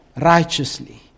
righteously